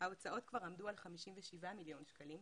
ההוצאות כבר עמדו על 57 מיליון שקלים.